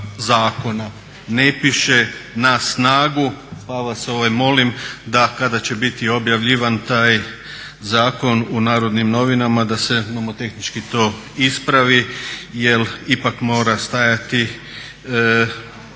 Ne piše na snagu pa vas molim da kada će biti objavljivan taj zakon u Narodnim novinama da se nomotehnički to ispravi jer ipak mora stajati na